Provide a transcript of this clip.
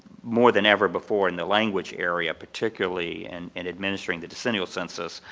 more than ever before in the language area, particularly and in administering the decennial census,